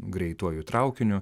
greituoju traukiniu